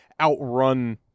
outrun